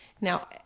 Now